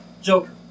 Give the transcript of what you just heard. Joker